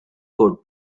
court